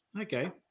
okay